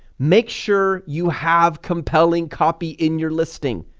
make sure you have compelling copy in your listing,